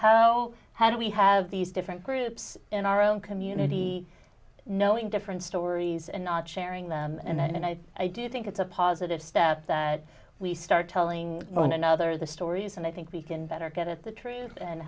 how how do we have these different groups in our own community knowing different stories and not sharing them and i i do think it's a positive step that we start telling one another the stories and i think we can better get at the truth and